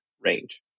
range